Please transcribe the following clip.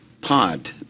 pod